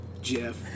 Jeff